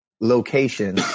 location